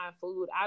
food